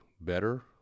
better